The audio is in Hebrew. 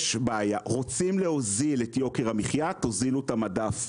רוצים להוזיל את יוקר המחיה, תוזילו את המדף.